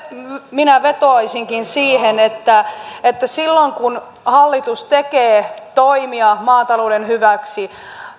minä vetoaisinkin siihen että että silloin kun hallitus tekee toimia maatalouden hyväksi